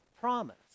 promise